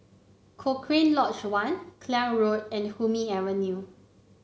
Cochrane Lodge One Klang Road and Hume Avenue